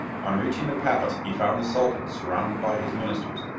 on reaching the palace, he found the sultan surrounded by his ministers,